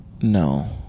No